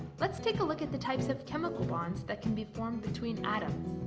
let's take a look at the types of chemical bonds that can be formed between atoms.